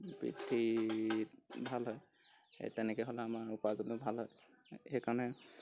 বৃদ্ধি ভাল হয় সেই তেনেকৈ হ'লে আমাৰ উপাৰ্জনো ভাল হয় সেইকাৰণে